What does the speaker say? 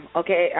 okay